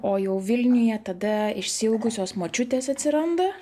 o jau vilniuje tada išsiilgusios močiutės atsiranda